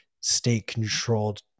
state-controlled